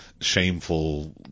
Shameful